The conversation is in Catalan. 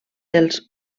dels